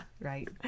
Right